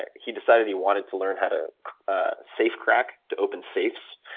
and he decided he wanted to learn how to ah safe-crack, to open safes.